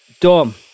Dom